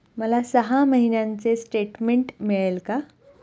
मला सहा महिन्यांचे स्टेटमेंट मिळेल का?